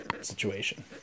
situation